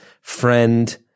friend